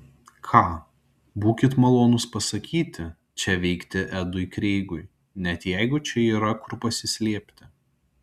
ką būkit malonūs pasakyti čia veikti edui kreigui net jeigu čia yra kur pasislėpti